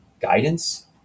guidance